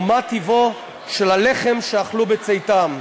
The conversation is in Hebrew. ומה טיבו של הלחם שאכלו בצאתם?"